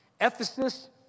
Ephesus